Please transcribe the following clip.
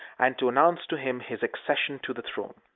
and to announce to him his accession to the throne.